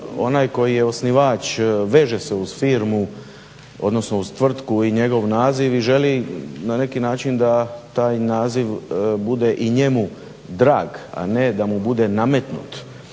onaj koji je osnivač, veže se uz firmu, odnosno uz tvrtku i njegov naziv i želi na neki način da taj naziv bude i njemu drag a ne da mu bude nametnut.